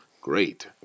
great